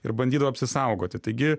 ir bandydavo apsisaugoti taigi